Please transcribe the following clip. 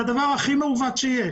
זה הדבר הכי מעוות שיש.